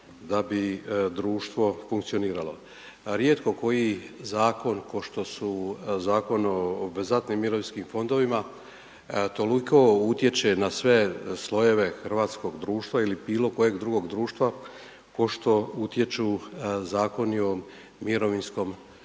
da bi društvo funkcioniralo. Rijetko koji zakon košto su Zakon o obvezatnim mirovinskim fondovima toliko utječe na sve slojeve hrvatskog društva ili bilo kojeg drugog društva košto utječu Zakoni o mirovinskom osiguranju.